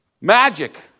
magic